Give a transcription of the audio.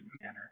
manner